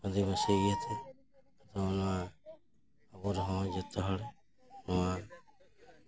ᱟᱹᱫᱤᱵᱟᱹᱥᱤ ᱤᱭᱟᱹ ᱛᱮ ᱛᱚ ᱱᱚᱣᱟ ᱟᱵᱚ ᱨᱮᱦᱚᱸ ᱡᱚᱛᱚ ᱦᱚᱲ ᱱᱚᱣᱟ